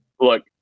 Look